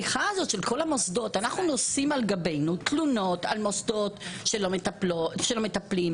אנחנו נושאים על גבנו תלונות על מוסדות שלא מטפלים,